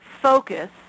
focus